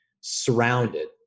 surrounded